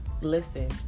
listen